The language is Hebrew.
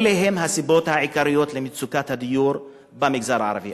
אלה הן הסיבות העיקריות למצוקת הדיור במגזר הערבי.